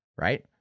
right